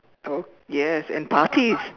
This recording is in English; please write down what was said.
oh yes and parties